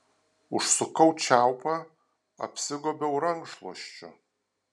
užsukau čiaupą apsigobiau rankšluosčiu